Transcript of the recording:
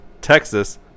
Texas